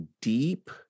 deep